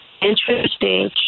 interesting